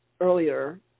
earlier